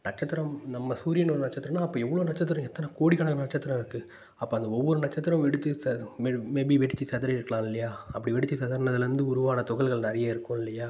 நட்சத்திரம் நம்ம சூரியன் ஒரு நட்சத்திரம்னா அப்போ எவ்வளோ நட்சத்திரம் எத்தனை கோடிக்கணக்கான நட்சத்திரம் இருக்குது அப்போ அந்த ஒவ்வொரு நட்சத்திரம் வெடித்து சித மேல் மே பீ வெடித்து சிதறி இருக்கலாம் இல்லையா அப்படி வெடித்து சிதறுனதுலேருந்து உருவான துகள்கள் நிறைய இருக்கும் இல்லையா